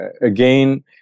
again